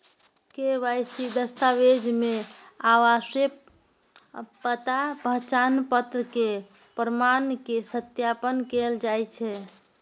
KYC दस्तावेज मे आवासीय पता, पहचान पत्र के प्रमाण के सत्यापन कैल जाइ छै